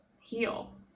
heal